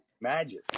Magic